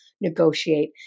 negotiate